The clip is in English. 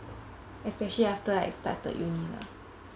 especially after I started uni lah